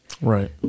Right